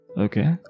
okay